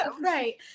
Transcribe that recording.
Right